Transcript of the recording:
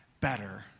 better